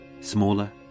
smaller